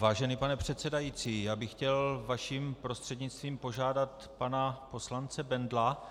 Vážený pane předsedající, já bych chtěl vaším prostřednictvím požádat pana poslance Bendla,